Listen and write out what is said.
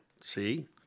See